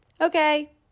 Okay